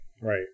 right